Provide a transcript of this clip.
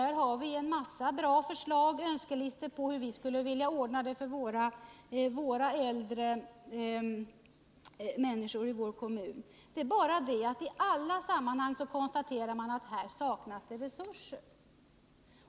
Vi har i kommittén en mängd bra förslag och önskelistor beträffande hur vi skulle vilja ordna det för äldre människor i vår kommun. Men i alla sammanhang konstateras att det saknas resurser.